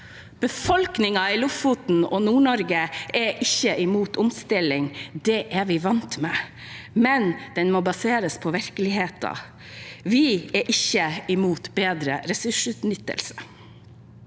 Befolkingen i Lofoten og Nord-Norge er ikke imot omstilling, det er vi vant med, men den må baseres på virkeligheten. Vi er ikke imot bedre ressursutnyttelse.